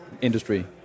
industry